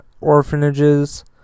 orphanages